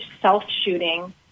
self-shooting